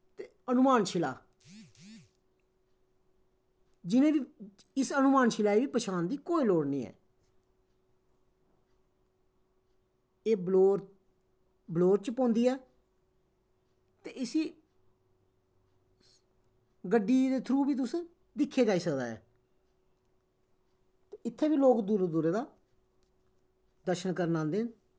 ते हनुमान शिला जिनेंगी इस हनुमान शिला दी पंछान दी कोई लोड़ निं ऐ एह् बलौर बलौर च पौंदी ऐ ते इसी गड्डी दे थ्रू बी तुस दिक्खेआ जाई सकदा ऐ ते इत्थें बी लोग दूरा दूरा दा दर्शन करन आंदे न